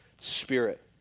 spirit